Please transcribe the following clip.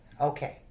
Okay